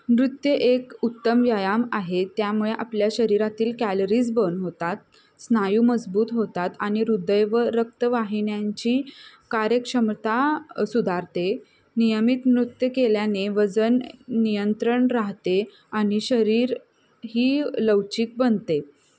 नृत्य एक उत्तम व्यायाम आहे त्यामुळे आपल्या शरीरातील कॅलरीज बन होतात स्नायू मजबूत होतात आणि हृदय व रक्तवाहिन्यांची कार्यक्षमता सुधारते नियमित नृत्य केल्याने वजन नियंत्रण राहते आणि शरीर ही लवचिक बनते